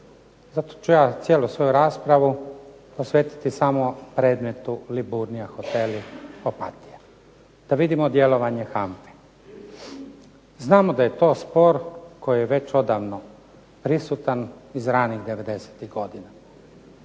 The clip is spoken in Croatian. Zato ću ja cijelu svoju raspravu posvetiti samo predmetu Liburnia hoteli Opatija da vidimo djelovanje HANFA-e. Znamo da je to spor koji je već odavno prisutan iz ranih '90.-tih godina.